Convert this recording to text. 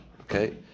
Okay